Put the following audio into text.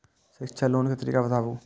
शिक्षा लोन के तरीका बताबू?